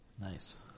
Nice